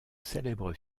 célèbre